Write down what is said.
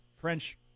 French